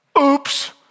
Oops